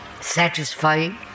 satisfying